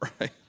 right